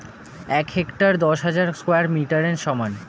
এক হেক্টার দশ হাজার স্কয়ার মিটারের সমান